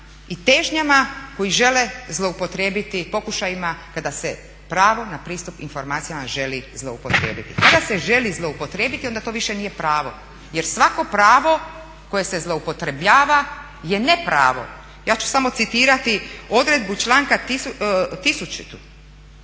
i težnjama koji žele zloupotrijebiti, pokušajima kada se pravo na pristup informacijama želi zloupotrijebiti. Kada se želi zloupotrijebiti onda to više nije pravo, jer svako pravo koje se zloupotrebljava je nepravo. Ja ću samo citirati odredbu članka 1000.